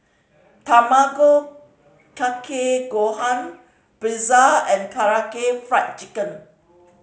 Tamago Kake Gohan Pretzel and Karaage Fried Chicken